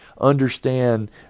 Understand